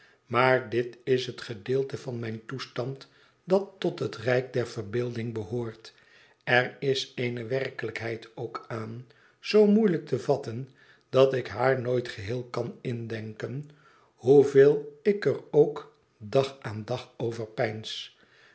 maar ditl is het gedeelte van mijn toestand dat tot het rijk der verbeelding behoort er is eene werkelijkheid ook aan zoo moeilijk te vatten dat ik haar nooit geheel kan indenken hoeveel ik er ook dag aan dag over peins